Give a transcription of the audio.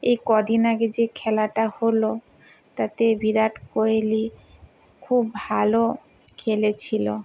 এই কদিন আগে যে খেলাটা হলো তাতে বিরাট কোহলি খুব ভালো খেলেছিলো